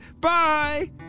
Bye